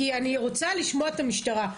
כי אני רוצה לשמוע את המשטרה.